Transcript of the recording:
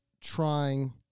trying